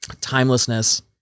Timelessness